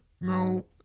No